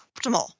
optimal